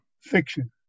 fiction